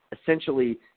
essentially